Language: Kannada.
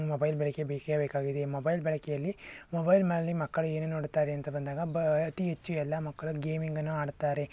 ಮೊಬೈಲ್ ಬಳಕೆ ಬೇಕೇ ಬೇಕಾಗಿದೆ ಮೊಬೈಲ್ ಬಳಕೆಯಲ್ಲಿ ಮೊಬೈಲ್ನಲ್ಲಿ ಮಕ್ಕಳು ಏನು ನೋಡುತ್ತಾರೆ ಅಂತ ಬಂದಾಗ ಬ ಅತಿ ಹೆಚ್ಚು ಎಲ್ಲ ಮಕ್ಕಳು ಗೇಮಿಂಗನ್ನು ಆಡುತ್ತಾರೆ